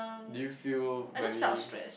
did you feel very